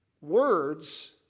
Words